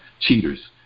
cheaters